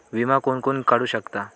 विमा कोण कोण काढू शकता?